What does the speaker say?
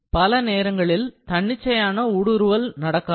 பல நேரங்களில் தன்னிச்சையான ஊடுருவல் spontaneous infiltration நடக்காது